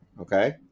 okay